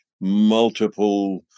multiple